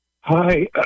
Hi